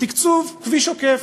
תקצוב כביש עוקף.